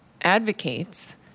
advocates